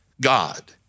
God